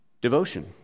devotion